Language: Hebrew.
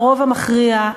לרוב המכריע,